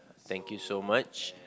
thank you so much